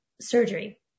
surgery